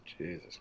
Jesus